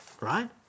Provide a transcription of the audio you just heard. right